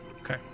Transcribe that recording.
Okay